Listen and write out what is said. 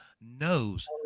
knows